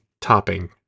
topping